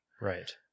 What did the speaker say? right